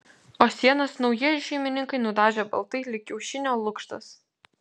o sienas naujieji šeimininkai nudažė baltai lyg kiaušinio lukštas